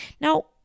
Now